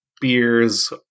beers